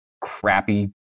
crappy